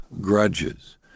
grudges